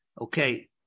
Okay